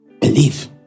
believe